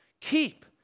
keep